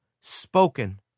spoken